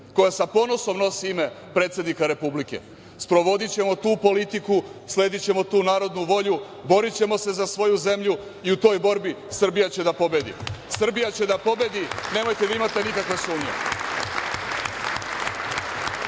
koja sa ponosom nosi ime predsednika Republike, sprovodićemo tu politiku, sledićemo tu narodnu volju, borićemo se za svoju zemlju i u toj borbi Srbija će da pobedi. Srbija će da pobedi, nemojte da imate nikakve sumnje.